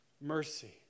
mercy